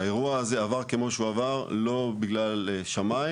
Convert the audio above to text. האירוע הזה עבר כמו שהוא עבר לא בגלל שמיים,